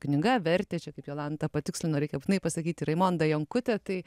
knyga vertė čia taip jolanta patikslino reikia būtinai pasakyti raimonda jonkutė tai